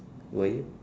were you